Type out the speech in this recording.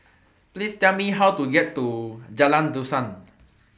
Please Tell Me How to get to Jalan Dusan